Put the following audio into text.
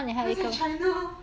他在 china